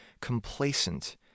complacent